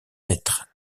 être